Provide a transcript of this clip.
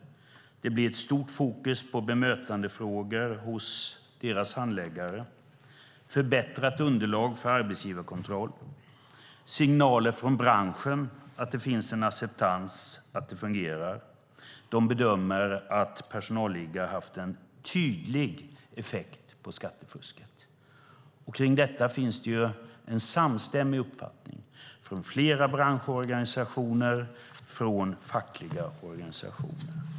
Det blir stort fokus på bemötandefrågor hos deras handläggare och förbättrat underlag för arbetsgivarkontroll. Det finns signaler från branschen att det finns en acceptans och att det fungerar. Skatteverket bedömer att personalliggare har haft en tydlig effekt på skattefusket. Kring detta finns en samstämmig uppfattning från flera branschorganisationer och från fackliga organisationer.